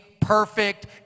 perfect